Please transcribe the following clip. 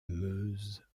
meuse